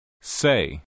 Say